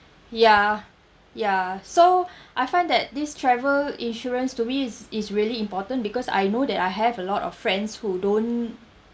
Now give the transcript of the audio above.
ya ya so I find that this travel insurance to me is it's really important because I know that I have a lot of friends who don't